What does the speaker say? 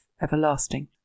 everlasting